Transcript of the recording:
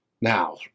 Now